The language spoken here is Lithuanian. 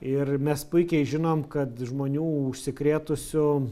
ir mes puikiai žinom kad žmonių užsikrėtusių